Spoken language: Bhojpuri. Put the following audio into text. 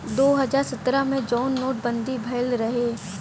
दो हज़ार सत्रह मे जउन नोट बंदी भएल रहे